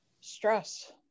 stress